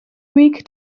weak